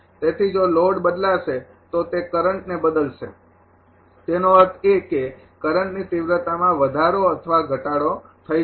તેથી જો લોડ બદલાશે તો તે કરંટને બદલશે તેનો અર્થ એ કે કરંટની તીવ્રતામાં વધારો અથવા ઘટાડો થઈ શકે છે